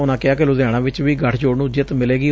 ਉਨੂਾ ਕਿਹਾ ਕਿ ਲੁਧਿਆਣਾ ਵਿਚ ਵੀ ਗਠਜੋੜ ਨੂੰ ਜਿੱਤ ਮਿਲੇਗੀ